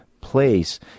place